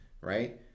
right